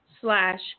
slash